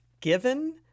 given